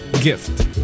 gift